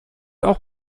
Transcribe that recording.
auch